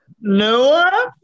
Noah